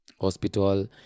hospital